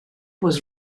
was